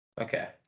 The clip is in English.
Okay